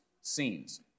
scenes